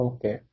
Okay